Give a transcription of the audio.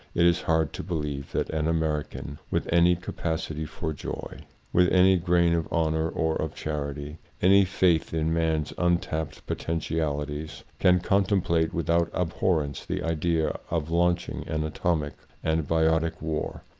it is hard to believe that an american with any capacity for joy or with any grain of honor or of charity, any faith in man's untapped poten tialities, can contemplate without ab horrence the idea of launching an atomic and biotic war,